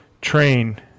train